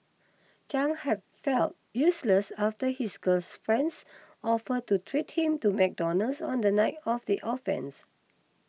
Chang have felt useless after his girlfriend's offer to treat him to McDonald's on the night of the offence